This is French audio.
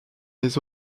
les